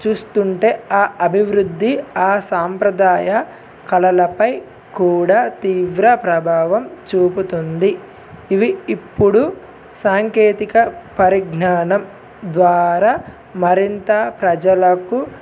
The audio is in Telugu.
చూస్తుంటే ఆ అభివృద్ధి ఆ సాంప్రదాయ కలలపై కూడా తీవ్ర ప్రభావం చూపుతుంది ఇవి ఇప్పుడు సాంకేతిక పరిజ్ఞానం ద్వారా మరింత ప్రజలకు